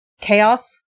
chaos